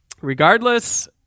Regardless